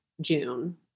June